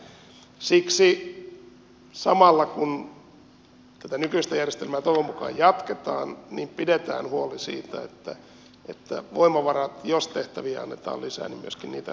siksi samalla kun tätä nykyistä järjestelmää toivon mukaan jatketaan pidetään huoli siitä että voimavaroja myöskin lisätään jos tehtäviä annetaan lisää